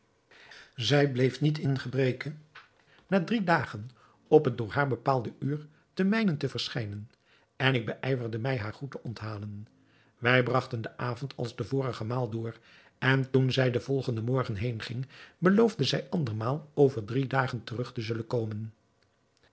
zij bleef niet in gebreke na drie dagen op het door haar bepaalde uur ten mijnent te verschijnen en ik beijverde mij haar goed te onthalen wij bragten den avond als de vorige maal door en toen zij den volgenden morgen heenging beloofde zij andermaal over drie dagen terug te zullen komen